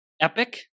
epic